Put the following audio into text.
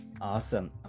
awesome